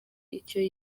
icyo